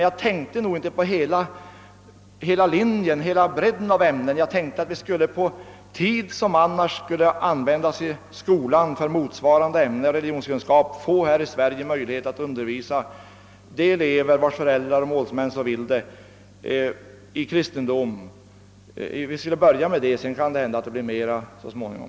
Jag tänkte emellertid inte att detta skulle gälla alla ämnen utan på att vi på den tid som annars skulle användas för älnnet religionskunskap skulle få möjlighet att undervisa de elever i kristendom vilkas föräldrar och målsmän så önskar. Vi skulle kunna börja med det. Sedan kan det hända att det kunde bli mera så småningom.